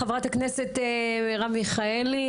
חברת הכנסת מרב מיכאלי,